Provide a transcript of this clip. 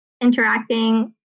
interacting